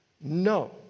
No